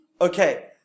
Okay